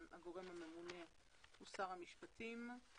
הגורם הממונה הוא שר המשפטים.